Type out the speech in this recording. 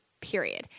period